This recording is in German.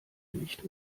nicht